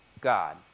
God